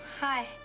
Hi